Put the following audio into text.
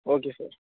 okay sir